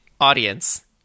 Audience